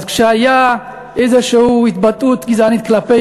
כשהייתה איזושהי התבטאות גזענית כלפי